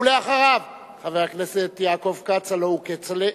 אחריו, חבר הכנסת יעקב כץ, הלוא הוא כצל'ה,